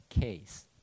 case